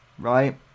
Right